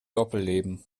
doppelleben